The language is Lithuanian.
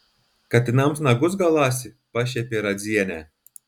katinams nagus galąsi pašiepė radzienę